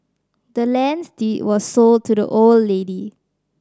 the land's deed was sold to the old lady